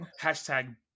Hashtag